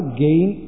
gain